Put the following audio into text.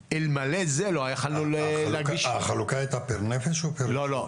אלמלא זה לא יכולנו --- החלוקה הייתה פייר נפש או פייר --- לא,